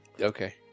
Okay